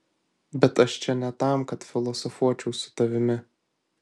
bet aš čia ne tam kad filosofuočiau su tavimi